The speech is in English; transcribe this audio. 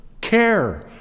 care